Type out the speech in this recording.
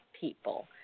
people